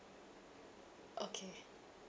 okay